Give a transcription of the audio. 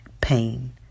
pain